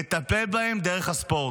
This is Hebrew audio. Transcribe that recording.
לטפל בהם דרך הספורט.